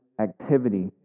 activity